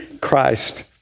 Christ